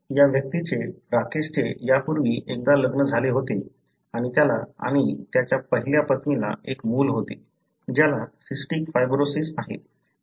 या व्यक्ती राकेशचे यापूर्वी एकदा लग्न झाले होते आणि त्याला आणि त्याच्या पहिल्या पत्नीला एक मूल होते ज्याला सिस्टिक फायब्रोसिस आहे